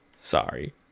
Sorry